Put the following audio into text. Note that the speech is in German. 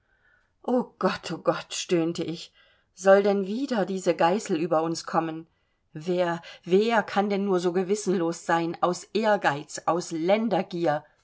o gott o gott stöhnte ich soll denn wieder diese geißel über uns kommen wer wer kann denn nur so gewissenlos sein aus ehrgeiz aus